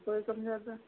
कोई समझाता